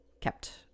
kept